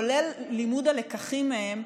כולל לימוד הלקחים מהם,